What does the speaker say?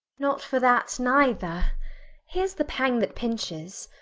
not for that neither here's the pang that pinches.